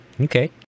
Okay